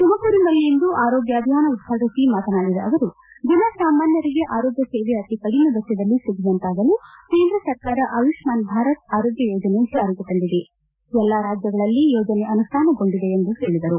ತುಮಕೂರಿನಲ್ಲಿಂದು ಆರೋಗ್ಯ ಅಭಿಯಾನ ಉದ್ಘಾಟಿಸಿ ಮಾತನಾಡಿದ ಅವರು ಜನ ಸಾಮಾನ್ಯರಿಗೆ ಆರೋಗ್ಯ ಸೇವೆ ಅತಿ ಕಡಿಮೆ ವೆಚ್ವದಲ್ಲಿ ಸಿಗುವಂತಾಗಲು ಕೇಂದ್ರ ಸರ್ಕಾರ ಆಯುಷ್ಮಾನ್ ಭಾರತ್ ಆರೋಗ್ಯ ಯೋಜನೆ ಜಾರಿಗೆ ತಂದಿದೆ ಎಲ್ಲಾ ರಾಜ್ಯಗಳಲ್ಲಿ ಯೋಜನೆ ಅನುಷ್ಠಾನಗೊಂಡಿದೆ ಎಂದು ಹೇಳಿದರು